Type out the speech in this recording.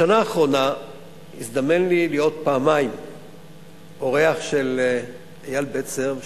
בשנה האחרונה הזדמן לי להיות פעמיים אורח של אייל בצר,